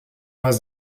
was